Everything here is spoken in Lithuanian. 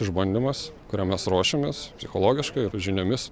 išbandymas kuriam mes ruošėmės psichologiškai ir žiniomis